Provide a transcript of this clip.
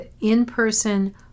in-person